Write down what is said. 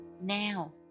Now